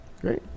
Great